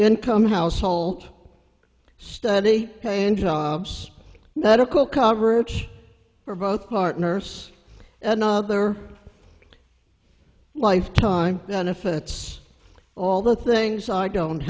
income household study paying jobs medical coverage for both partners another lifetime benefits all the things i don't